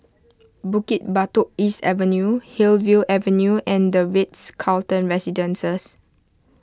Bukit Batok East Avenue Hillview Avenue and the Ritz Carlton Residences